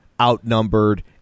outnumbered